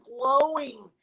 glowing